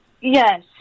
Yes